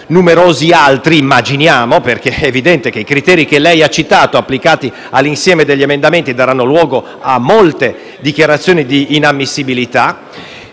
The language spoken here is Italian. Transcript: numerosi altri (immaginiamo): è evidente che i criteri che lei ha citato, applicati all'insieme degli emendamenti, daranno luogo a molte dichiarazioni di inammissibilità.